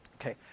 Okay